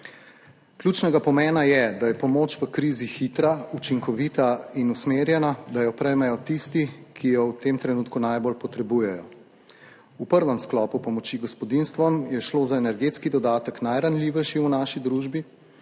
Ključnega pomena je, da je pomoč v krizi hitra, učinkovita in usmerjena, da jo prejmejo tisti, ki jo v tem trenutku najbolj potrebujejo. V prvem sklopu pomoči gospodinjstvom je šlo za energetski dodatek najranljivejši v naši družbi